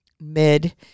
mid